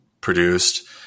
produced